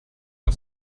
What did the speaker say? auf